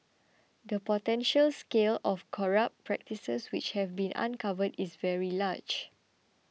the potential scale of corrupt practices which have been uncovered is very large